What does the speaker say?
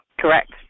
Correct